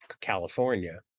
California